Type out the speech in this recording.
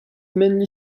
mainly